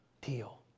deal